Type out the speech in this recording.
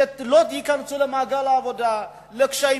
שלא ייכנסו למעגל האבטלה, לקשיים?